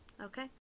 Okay